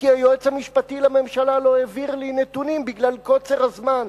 כי היועץ המשפטי לממשלה לא העביר לי נתונים בגלל קוצר הזמן.